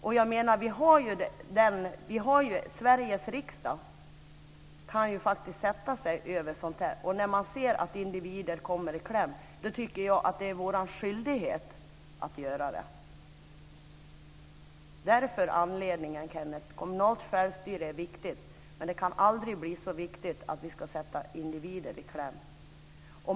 Och Sveriges riksdag kan faktiskt sätta sig över sådant. När man ser att individer kommer i kläm är det, tycker jag, vår skyldighet att göra det. Det är anledningen, Kenneth! Kommunalt självstyre är viktigt, men det kan aldrig bli så viktigt att vi ska sätta individer i kläm.